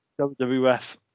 WWF